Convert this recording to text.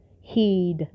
Heed